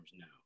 now